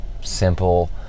simple